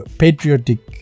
patriotic